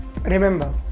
Remember